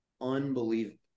unbelievable